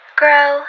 grow